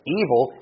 evil